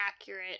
accurate